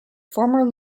former